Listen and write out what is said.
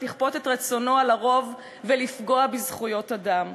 לכפות את רצונו על הרוב ולפגוע בזכויות אדם,